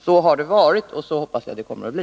Så har det varit, och så hoppas jag att det kommer att bli.